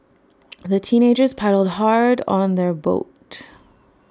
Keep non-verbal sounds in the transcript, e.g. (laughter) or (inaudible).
(noise) the teenagers paddled hard on their boat (noise)